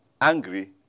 angry